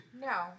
No